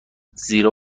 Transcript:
زیرا